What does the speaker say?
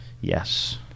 yes